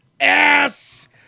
ass